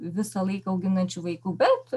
visą laiką auginančių vaikų bet